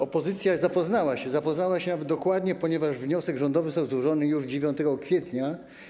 Opozycja zapoznała się, zapoznała się dokładnie, ponieważ wniosek rządowy został złożony już 9 kwietnia.